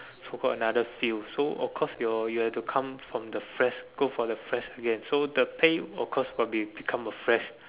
so got another field so of course your you have to come from the fresh go for the fresh again so the pay will of course become the fresh